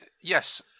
yes